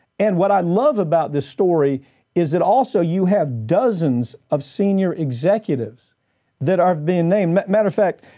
and what i love about this story is that also you have dozens of senior executives that are, have been named. as matter of fact,